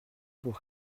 pour